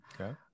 okay